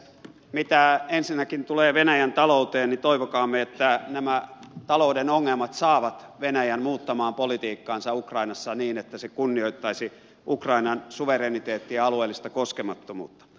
mitä ensinnäkin tulee venäjän talouteen niin toivokaamme että nämä talouden ongelmat saavat venäjän muuttamaan politiikkaansa ukrainassa niin että se kunnioittaisi ukrainan suvereniteettia ja alueellista koskemattomuutta